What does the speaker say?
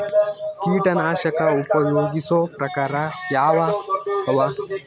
ಕೀಟನಾಶಕ ಉಪಯೋಗಿಸೊ ಪ್ರಕಾರ ಯಾವ ಅವ?